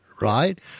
right